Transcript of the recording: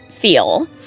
feel